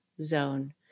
zone